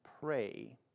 pray